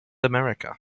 america